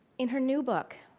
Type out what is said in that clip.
in her new book,